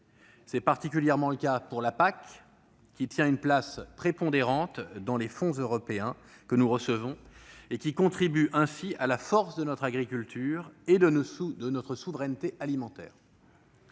C'est particulièrement le cas pour la politique agricole commune (PAC), qui tient une place prépondérante dans les fonds européens que nous recevons et contribue à la force de notre agriculture et à notre souveraineté alimentaire.